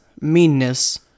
meanness